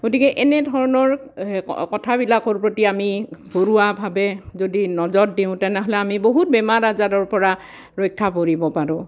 গতিকে এনেধৰণৰ কথাবিলাকৰ প্ৰতি আমি ঘৰুৱাভাৱে যদি নজৰ দিওঁ তেনেহ'লে আমি বহুত বেমাৰ আজাৰৰ পৰা ৰক্ষা পৰিব পাৰোঁ